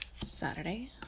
Saturday